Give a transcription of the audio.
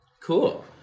cool